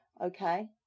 Okay